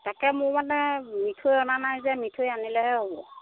তাকে মই মানে মিঠৈ অনা নাই যে মিঠৈ আনিলেহে হ'ব